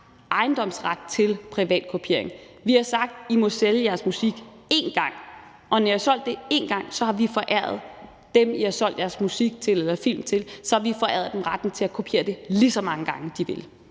ejendomsret til privatkopiering. Vi har sagt: I må sælge jeres musik én gang, og når I har solgt den én gang, har vi foræret dem, I har solgt jeres musik eller film til, retten til at kopiere den, lige så mange gange de vil